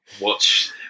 watch